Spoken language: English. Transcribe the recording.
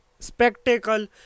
spectacle